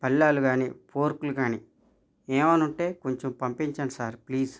పళ్ళాలు కాని ఫోర్కులు కాని ఏమైనా ఉంటే కొంచెం పంపిచండి సార్ ప్లీజ్